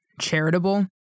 charitable